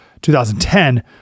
2010